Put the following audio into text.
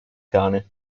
cane